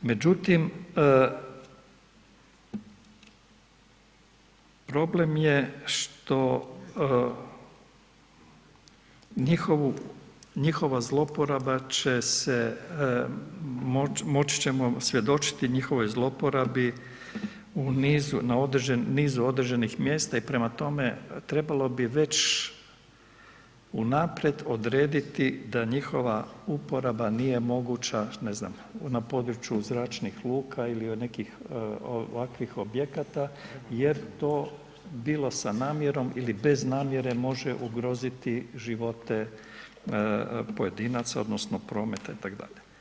Međutim, problem je što njihova zlouporaba će se moći, moći ćemo svjedočiti njihovoj zlouporabi u nizu određenih mjesta i prema tome, trebalo bi već unaprijed odrediti na njihova uporaba nije moguća ne znam, na području zračnih luka ili nekih ovakvih objekata jer to, bilo sa namjernom ili bez namjere može ugroziti živote pojedinaca, odnosno prometa itd.